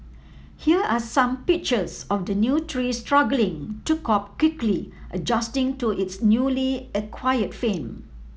here are some pictures of the new tree struggling to cope quickly adjusting to its newly acquired fame